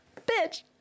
Bitch